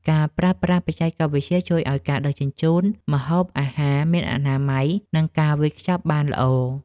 ការប្រើប្រាស់បច្ចេកវិទ្យាជួយឱ្យការដឹកជញ្ជូនម្ហូបអាហារមានអនាម័យ និងការវេចខ្ចប់បានល្អ។